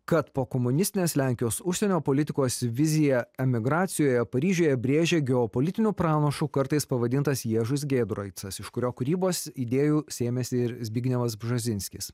kad pokomunistinės lenkijos užsienio politikos viziją emigracijoje paryžiuje brėžia geopolitinių pranašu kartais pavadintas ježis giedroicas iš kurio kūrybos idėjų sėmėsi ir zbignevas bžezinskis